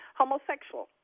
homosexual